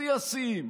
שיא השיאים,